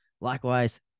Likewise